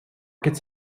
gets